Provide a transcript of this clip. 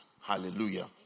Hallelujah